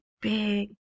big